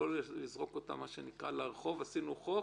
לא לזרוק אותם לרחוב עשינו חוק,